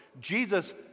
Jesus